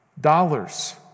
dollars